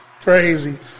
crazy